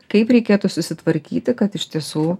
kaip reikėtų susitvarkyti kad iš tiesų